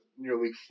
nearly